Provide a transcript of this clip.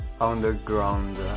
Underground